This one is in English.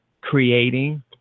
creating